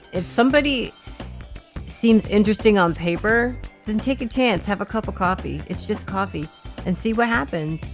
if somebody seems interesting on paper then take a chance have a cup of coffee. it's just coffee and see what happens.